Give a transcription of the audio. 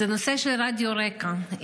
הנושא של רדיו רק"ע.